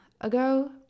ago